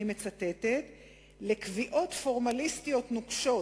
"לקביעות פורמליסטיות נוקשות